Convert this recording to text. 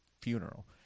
funeral